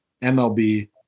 MLB